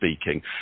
speaking